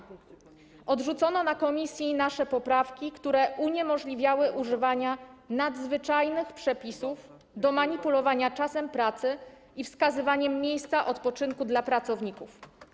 Odrzucono na posiedzeniu komisji nasze poprawki, które uniemożliwiały używanie nadzwyczajnych przepisów do manipulowania czasem pracy i wskazywania miejsca odpoczynku dla pracowników.